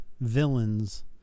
villains